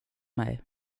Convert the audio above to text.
med